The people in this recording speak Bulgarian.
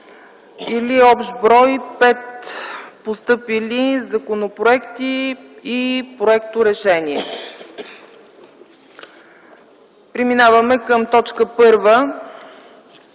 Общ брой – 5 постъпили законопроекти и проекторешения. Преминаваме към точка